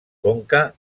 conca